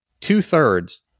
two-thirds